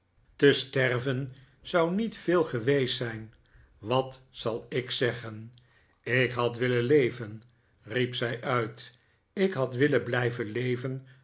te sterven zou niet veel geweest zijn wat zal ik zeggen ik had willen leven riep zij uit ik had willen blijven leven